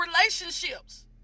relationships